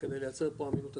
כדי לייצר פה אמינות אספקה,